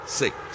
six